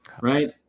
Right